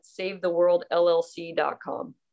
savetheworldllc.com